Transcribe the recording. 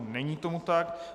Není tomu tak.